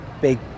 big